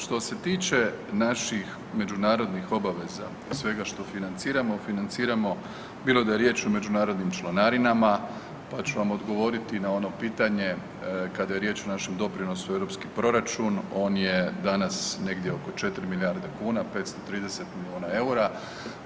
Što se tiče naših međunarodnih obaveza, sve što financiramo, a financiramo bilo da je riječ o međunarodnim članarinama pa ću vam odgovoriti na ono pitanje kada je riječ o našem doprinosu u europski proračun on je danas negdje oko 4 milijarde kuna, 530 milijuna EUR-a.